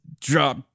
drop